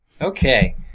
Okay